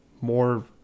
more